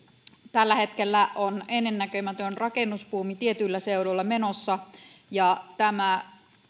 tällä hetkellä on ennennäkemätön rakennusbuumi tietyillä seuduilla menossa ja tämä